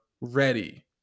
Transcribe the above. ready